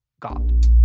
God